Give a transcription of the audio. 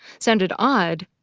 sounded odd,